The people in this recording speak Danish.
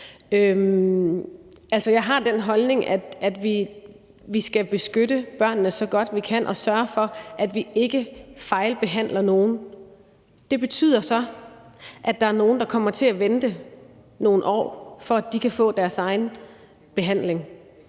jeg har den holdning, at vi skal beskytte børnene så godt, vi kan, og sørge for, at vi ikke fejlbehandler nogen. Det betyder så, at der er nogle, der kommer til at vente nogle år, før de kan få deres egen behandling.